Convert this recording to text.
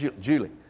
Julie